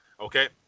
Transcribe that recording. Okay